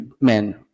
men